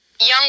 young